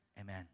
Amen